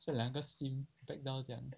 这两个 sim fake 到这样